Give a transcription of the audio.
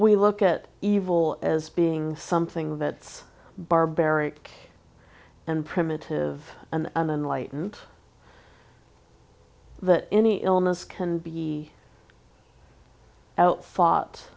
we look at evil as being something that's barbaric and primitive an unenlightened that any illness can be outfought